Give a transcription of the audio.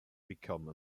become